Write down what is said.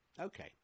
Okay